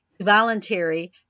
voluntary